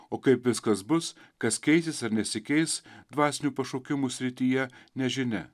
o kaip viskas bus kas keisis ar nesikeis dvasinių pašaukimų srityje nežinia